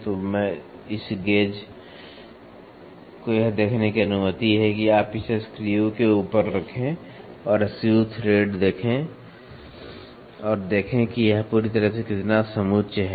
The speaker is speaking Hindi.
तो इस गेज को यह देखने की अनुमति है कि आप इसे स्क्रू के ऊपर रखें और फिर स्क्रू थ्रेड देखें और देखें कि यह पूरी तरह से कितना समुच्चय है